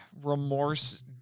remorse